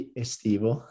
estivo